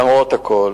למרות הכול,